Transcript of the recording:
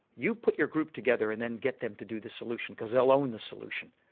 you put your group together and then get them to do the solution. cause they'll own the solution,